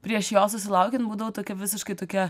prieš jo susilaukiant būdavau tokia visiškai tokia